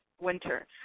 winter